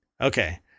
okay